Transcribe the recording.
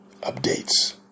updates